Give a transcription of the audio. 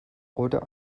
oder